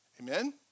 Amen